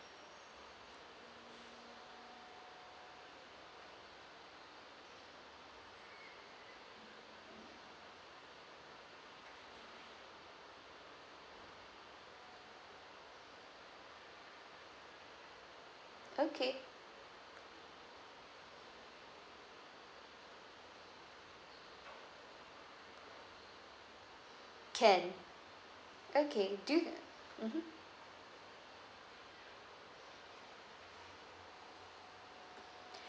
okay can okay do you mmhmm